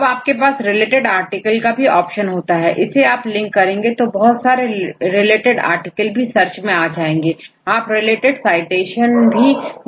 अब आपके पास रिलेटेड आर्टिकल का भी ऑप्शन होता है यदि आप इसे क्लिक करेंगे तो बहुत सारे रिलेटेड आर्टिकल भी सर्च में आ जाएंगे आप रिलेटेड साइटेशन भी देख सकते हैं